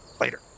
later